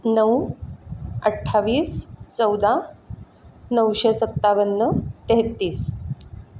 नऊ अठ्ठावीस चौदा नऊशे सत्तावन्न तेहेतीस